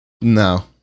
No